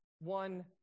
one